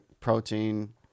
protein